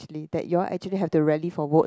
actually that you all actually have to rally for votes